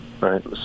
right